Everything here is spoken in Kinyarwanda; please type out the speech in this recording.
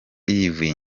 yivuye